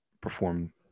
perform